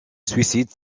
suicide